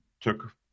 took